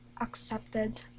accepted